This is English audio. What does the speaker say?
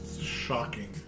shocking